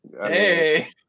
hey